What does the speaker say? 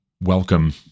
Welcome